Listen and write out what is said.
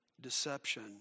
Deception